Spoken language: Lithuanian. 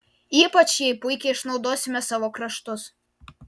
ypač jai puikiai išnaudosime savo kraštus